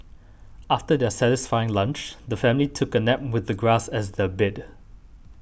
after their satisfying lunch the family took a nap with the grass as their bed